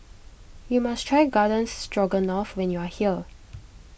you must try Garden Stroganoff when you are here